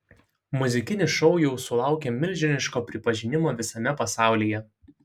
muzikinis šou jau sulaukė milžiniško pripažinimo visame pasaulyje